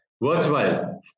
worthwhile